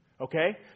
Okay